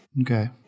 Okay